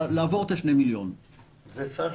לעבור את ה-2 מיליון חיסונים.